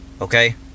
okay